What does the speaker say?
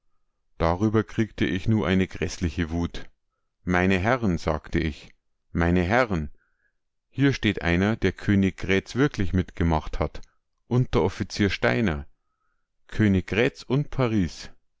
darüber kriegte ich nu eine gräßliche wut meine herren sagte ich meine herren hier steht einer der koniggrätz wirklich mitgemacht hat unteroffizier steiner koniggrätz und paris